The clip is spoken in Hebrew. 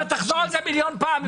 תחזור על זה מיליון פעמים.